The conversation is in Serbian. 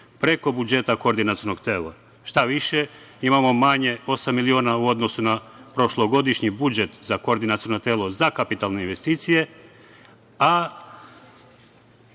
preko budžeta Koordinacionog tela. Šta više, imamo manje osam miliona u odnosu na prošlogodišnji budžet za Koordinaciono telo za kapitalne investicije, a